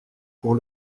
pour